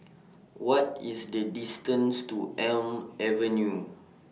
What IS The distance to Elm Avenue